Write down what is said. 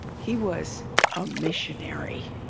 he was a missionary,